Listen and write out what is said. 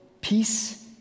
peace